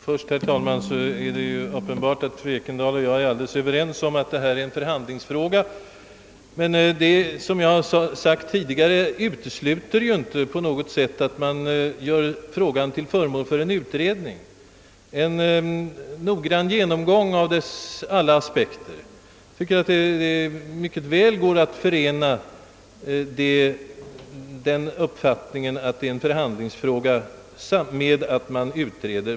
Herr talman! Till att börja med är det uppenbart att fru Ekendahl och jag är helt överens om att detta är en förhandlingsfråga, men — som jag tidi Sare sagt — det utesluter ju inte att man gör saken till föremål för en utredning med noggrann genomgång av alla dess aspekter. Jag tycker att det mycket väl går att förena uppfattningen att det är en förhandlingsfråga med förslaget om en utredning.